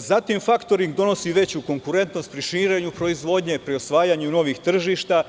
Zatim, faktoring donosi veću konkurentnost pri širenju proizvodnje, pri osvajanju novih tržišta,